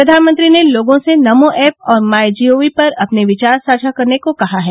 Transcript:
प्रधानमंत्री ने लोगों से नमो ऐप और माइ जीओवी पर अपने विचार साझा करने को कहा है